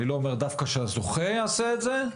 אני לא אומר דווקא שהזוכה יעשה את זה,